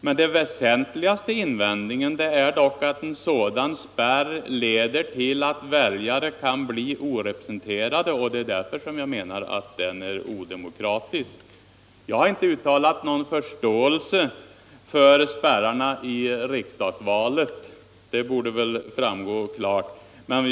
Men den väsentligaste invändningen är att spärren leder till att väljare kan bli orepresenterade, och det är därför jag menar att den är odemokratisk. Jag har inte uttalat någon förståelse för spärrarna i riksdagsvalet. Det borde klart ha framgått.